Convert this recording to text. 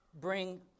Bring